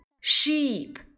sheep